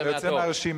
אתה יוצא מהרשימה.